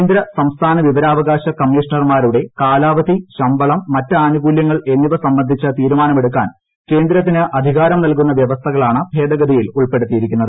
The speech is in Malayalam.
കേന്ദ്ര സംസ്ഥാന വിവരാവകാശ കമ്മീഷണർമാരുടെ കാലാവധി ശമ്പളം മറ്റ് ആനുകൂലൃങ്ങൾ എന്നിവ സംബന്ധിച്ച് തീരുമാനമെടുക്കാൻ കേന്ദ്രത്തിന് അധികാരം നൽകുന്ന വ്യവസ്ഥകളാണ് ഭേദഗതിയിൽ ഉൾപ്പെടുത്തിയിരിക്കുന്നത്